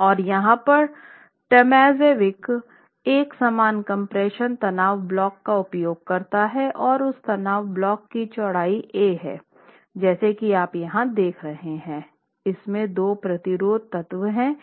तो यहाँ पर टोमाजेविक एक समान कम्प्रेशन तनाव ब्लॉक का उपयोग करता है और उस तनाव ब्लॉक की चौड़ाई ए है जैसा कि आप यहां देख रहे हैं इसमें दो प्रतिरोधक तत्व हैं